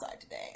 today